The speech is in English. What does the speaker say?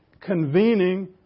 convening